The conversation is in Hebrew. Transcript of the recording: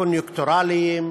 הקוניונקטורליים